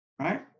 Right